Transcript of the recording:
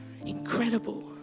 incredible